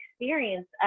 experience